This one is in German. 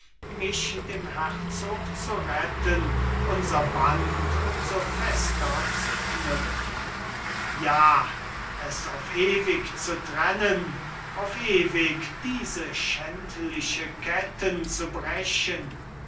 mich dem herzog zu retten unser band um so fester zu knüpfen ja es auf ewig zu trennen auf ewig diese schändlichen ketten zu brechen